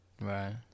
Right